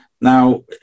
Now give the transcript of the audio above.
Now